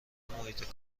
محیط